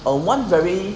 err one very